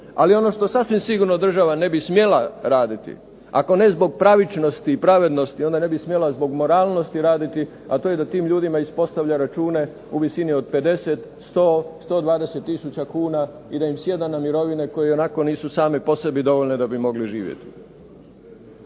Ali ono što sasvim sigurno država ne bi smjela raditi ako ne zbog pravičnosti i pravednosti, onda ne bi smjela zbog moralnosti raditi, a to je da tim ljudima ispostavlja račune u visini od 50, 100, 120 tisuća kuna i da im sjeda na mirovine koje i onako nisu same po sebi dovoljne da bi mogli živjeti.